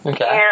Okay